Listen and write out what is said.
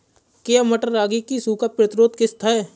क्या मटर रागी की सूखा प्रतिरोध किश्त है?